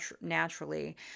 naturally